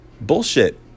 bullshit